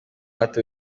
hato